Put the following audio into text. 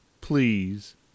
please